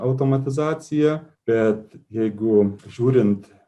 automatizacija bet jeigu žiūrint